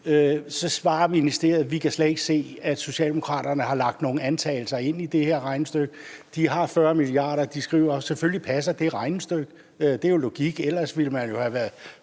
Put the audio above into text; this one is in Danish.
Så svarer ministeriet: Vi kan slet ikke se, at Socialdemokratiet har lagt nogle antagelser ind i det her regnestykke. De har 40 mia. kr., og de skriver, at selvfølgelig passer det regnestykke. Det er jo logik, ellers ville man forsynde